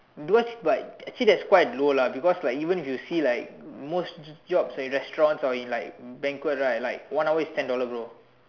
because but actually that is quite low lah because like even if you see like most job at restaurant or in like banquet right like one hour is ten dollar bro